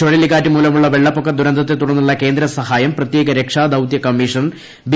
ചുഴലിക്കാറ്റ് മൂലമുള്ള വെള്ളപ്പൊക്ക ദുരന്തത്തെ തുടർന്നുള്ള കേന്ദ്ര സഹായം പ്രത്യേക രക്ഷാ ദൌത്യ കമ്മീഷണർ ബി